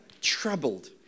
troubled